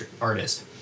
artist